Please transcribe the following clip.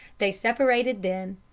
they separated then.